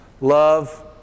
Love